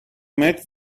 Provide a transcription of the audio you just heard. met